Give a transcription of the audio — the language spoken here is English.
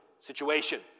situation